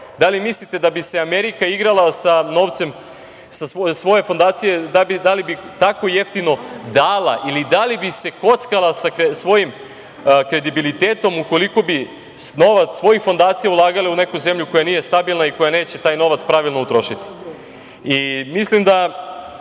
da li mislite da bi se Amerika igrala sa novcem svoje fondacije, da li bi tako jeftino dala ili da li bi se kockala sa svojim kredibilitetom, ukoliko bi novac svojih fondacija ulagala u neku zemlju koja nije stabilna i koja neće taj novac pravilno utrošiti? Mislim